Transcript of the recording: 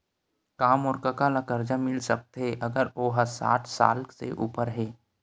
का मोर कका ला कर्जा मिल सकथे अगर ओ हा साठ साल से उपर हे?